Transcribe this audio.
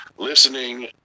Listening